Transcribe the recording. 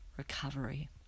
recovery